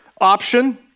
option